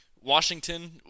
Washington